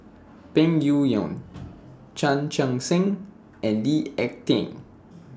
Peng Yuyun Chan Chun Sing and Lee Ek Tieng